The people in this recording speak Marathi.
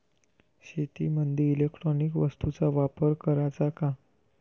शेतीमंदी इलेक्ट्रॉनिक वस्तूचा वापर कराचा का?